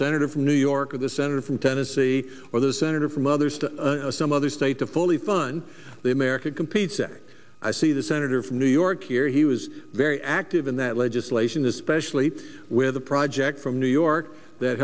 senator from new york or the senator from tennessee or the senator from others to some other state to fully fund the america competes that i see the senator from new york here he was very active in that legislation especially with a project from new york that